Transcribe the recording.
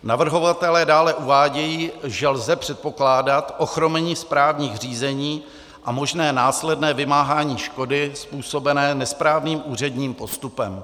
Navrhovatelé dále uvádějí, že lze předpokládat ochromení správních řízení a možné následné vymáhání škody způsobené nesprávným úředním postupem.